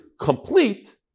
complete